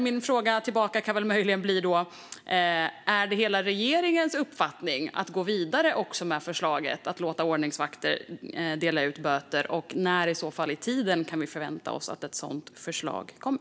Min fråga tillbaka kan väl möjligen bli: Är det hela regeringens uppfattning att man ska gå vidare med förslaget att låta ordningsvakter dela ut böter, och när kan vi i så fall förvänta oss att ett sådant förslag kommer?